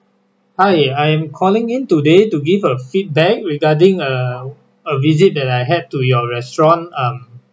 hi I'm calling in today to give a feedback regarding uh a visit that I had to your restaurant um